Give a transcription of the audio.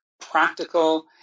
practical